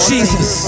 Jesus